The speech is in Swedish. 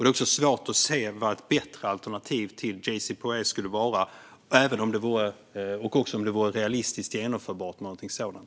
Det är också svårt att se vad ett bättre alternativ till JCPOA skulle vara, även om det vore realistiskt genomförbart med någonting sådant.